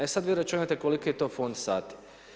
E sad vi računajte koliki je to fond sati.